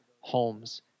homes